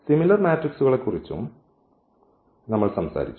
similar മാട്രിക്സുകളെക്കുറിച്ചും നമ്മൾ സംസാരിച്ചു